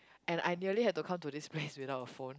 and ideally have to come to this place without phone